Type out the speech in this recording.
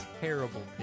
terrible